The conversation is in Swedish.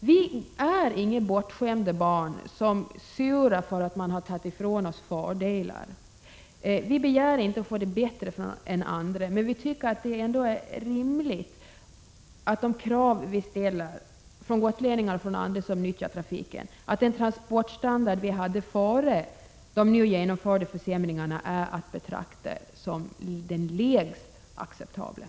Vi är inga bortskämda barn som surar därför att man har tagit ifrån oss fördelar. Vi begär inte att få det bättre än andra, men vi tycker att det är ett rimligt krav som gotlänningar och andra som nyttjar trafiken ställer, nämligen att en lägre transportstandard än den vi hade före de nu genomförda försämringarna skall betraktas som oacceptabel.